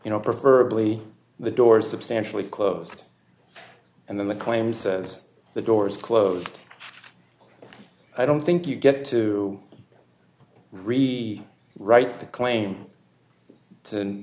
you know proverbially the doors substantially closed and then the claim says the door's closed i don't think you get to read the right to claim to